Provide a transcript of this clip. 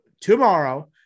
tomorrow